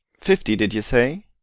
fifty, did you say?